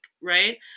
right